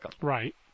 Right